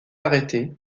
arrêté